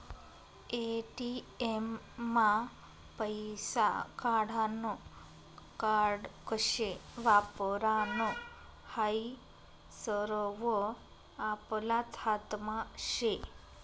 ATM मा पैसा काढानं कार्ड कशे वापरानं हायी सरवं आपलाच हातमा शे